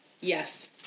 yes